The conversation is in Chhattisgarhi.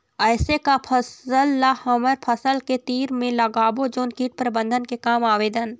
ऐसे का फसल ला हमर फसल के तीर मे लगाबो जोन कीट प्रबंधन के काम आवेदन?